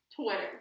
Twitter